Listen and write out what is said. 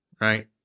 right